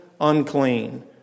unclean